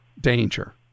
danger